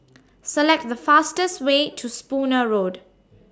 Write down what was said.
Select The fastest Way to Spooner Road